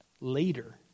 later